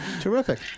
Terrific